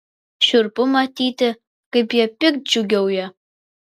šiurpu matyti kaip jie piktdžiugiauja